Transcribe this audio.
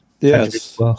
Yes